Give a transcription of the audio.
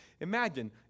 imagine